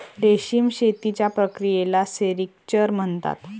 रेशीम शेतीच्या प्रक्रियेला सेरिक्चर म्हणतात